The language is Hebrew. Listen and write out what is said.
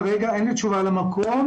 כרגע אין לי תשובה על המקום.